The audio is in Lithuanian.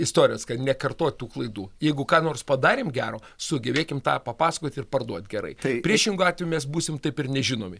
istorijos kad nekartot tų klaidų jeigu ką nors padarėm gero sugebėkim tą ir papasakot ir parduot gerai tai priešingu atveju mes būsime taip ir nežinomi